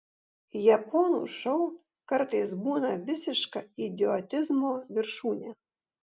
japonų šou kartais būna visiška idiotizmo viršūnė